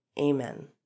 Amen